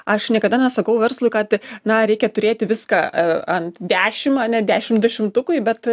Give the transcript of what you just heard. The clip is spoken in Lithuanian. aš niekada nesakau verslui kad na reikia turėti viską a ant dešim ane dešim dešimtukui bet